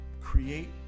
create